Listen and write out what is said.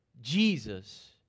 Jesus